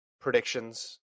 predictions